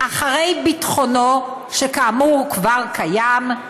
אחרי "ביטחונו", שכאמור כבר קיים,